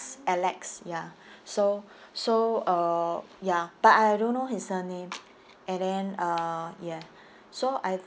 alex ya so so uh ya but I don't know his surname and then uh ya so I